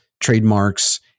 trademarks